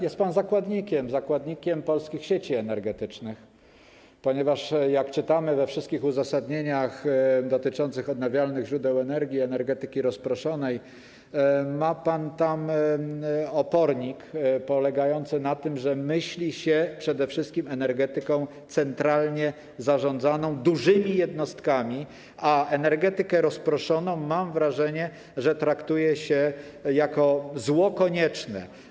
Jest pan zakładnikiem, zakładnikiem polskich sieci energetycznych, ponieważ - jak czytamy we wszystkich uzasadnieniach dotyczących odnawialnych źródeł energii, energetyki rozproszonej - ma pan opornik polegający na tym, że myśli się przede wszystkim o energetyce centralnie zarządzanej, dużych jednostkach, a energetykę rozproszoną, mam wrażenie, traktuje się jako zło konieczne.